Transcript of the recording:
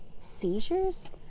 seizures